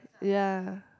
ya